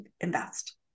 invest